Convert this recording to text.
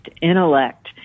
intellect